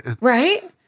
Right